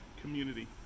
community